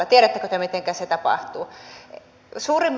tiedättekö te mitenkä se tapahtuu